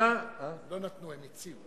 הם לא נתנו, הם הציעו.